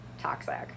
toxic